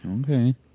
Okay